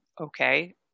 Okay